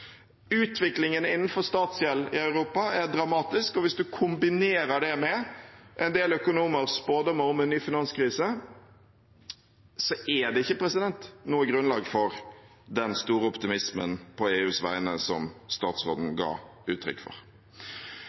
Utviklingen innenfor statsgjeld i Europa er dramatisk, og hvis man kombinerer det med en del økonomers spådommer om en ny finanskrise, er det ikke noe grunnlag for den store optimismen på EUs vegne som statsråden ga uttrykk for.